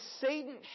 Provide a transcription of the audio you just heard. Satan